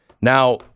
Now